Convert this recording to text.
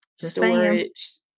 Storage